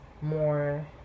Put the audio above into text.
more